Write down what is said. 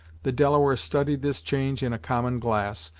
the delaware studied this change in a common glass,